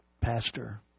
pastor